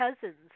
cousins